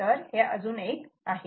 तर हे अजून एक आहे